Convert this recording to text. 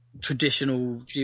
traditional